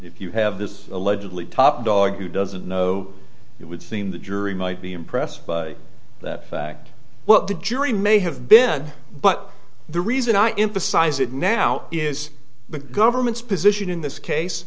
if you have this allegedly top dog who doesn't know it would seem the jury might be impressed by the fact what the jury may have been but the reason i emphasize it now is the government's position in this case